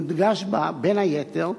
מודגש בה, בין היתר,